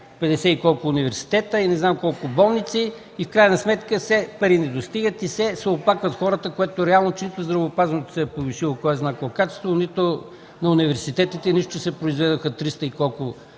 и колко университета и не знам колко болници. В крайна сметка все пари не достигат и все се оплакват хората, което е реално, че нито на здравеопазването се е повишило кой знае колко качеството, нито на университетите, нищо че се произведоха триста и колко